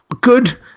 good